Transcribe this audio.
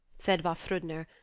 said vafthrudner,